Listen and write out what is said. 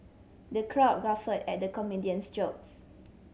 the crowd guffawed at the comedian's jokes